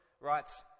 writes